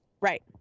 right